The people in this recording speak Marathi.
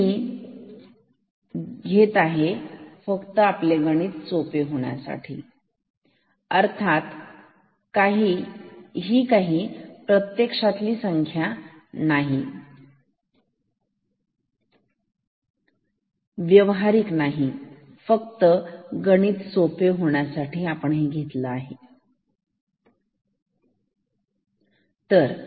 हे मी घेत आहे फक्त आपले गणित सोपे होण्यासाठी अर्थात ही प्रत्यक्षातली संख्या नाही व्यवहारीक नाही फक्त गणित सोपे होण्यासाठी घेतले आहे